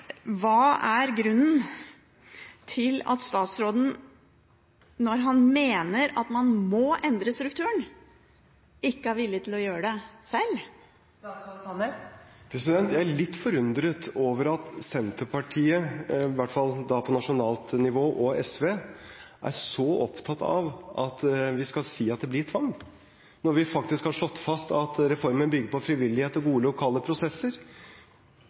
Hva er grunnen til at statsråden, når han mener at man må endre strukturen, ikke er villig til å gjøre det selv? Jeg er litt forundret over at Senterpartiet, i hvert fall på nasjonalt nivå, og SV er så opptatt av at vi skal si at det blir tvang når vi faktisk har slått fast at reformen bygger på frivillighet og gode lokale prosesser.